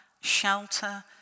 shelter